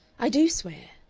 i do swear.